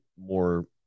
more